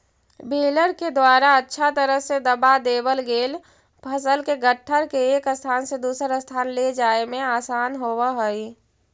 baler के द्वारा अच्छा तरह से दबा देवल गेल फसल के गट्ठर के एक स्थान से दूसर स्थान ले जाए में आसान होवऽ हई